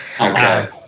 Okay